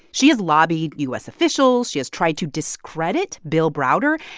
she has lobbied u s. officials. she has tried to discredit bill browder.